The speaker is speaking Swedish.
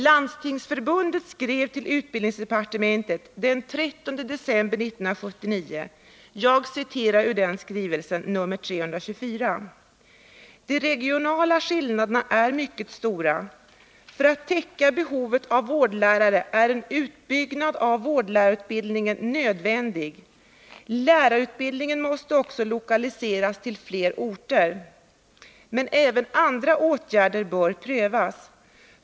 Landstingsförbundet skrev till utbildningsdepartementet den 13 december 1979. Jag citerar ur den skrivelsen, nr 324: ”De regionala skillnaderna är mycket stora. För att täcka behovet av vårdlärare är en utbyggnad av vårdlärarutbildningen nödvändig. Lärarutbildningen måste också lokaliseras till fler orter. Men även andra åtgärder bör prövas.